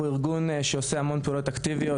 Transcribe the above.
ארגון שעושה המון פעולות אקטיביות,